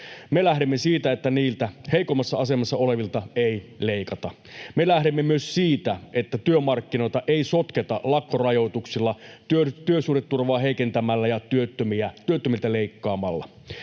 lähdemme siitä, että niiltä heikoimmassa asemassa olevilta ei leikata. Me lähdemme myös siitä, että työmarkkinoita ei sotketa lakkorajoituksilla, työsuhdeturvaa heikentämällä ja työttömiltä leikkaamalla.